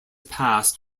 passed